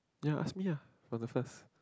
ya ask me ah from the first